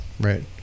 Right